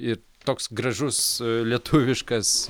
ir toks gražus lietuviškas